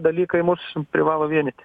dalykai mus privalo vienyti